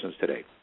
today